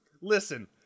Listen